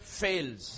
fails